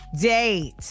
date